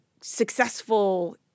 successful